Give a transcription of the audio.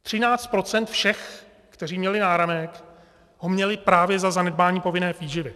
Třináct procent všech, kteří měli náramek, ho měli právě za zanedbání povinné výživy.